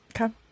Okay